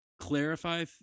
clarify